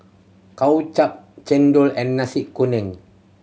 Kway Chap chendol and Nasi Kuning